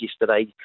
yesterday